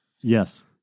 Yes